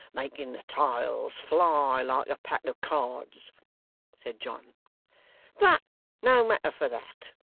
making the tiles fly like a pack of cards said john but no matter for that.